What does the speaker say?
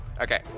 Okay